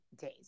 days